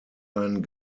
ein